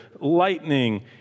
lightning